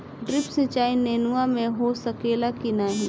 Drip सिंचाई नेनुआ में हो सकेला की नाही?